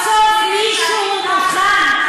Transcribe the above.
שסוף-סוף מישהו מוכן,